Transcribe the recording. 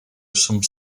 some